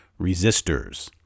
resistors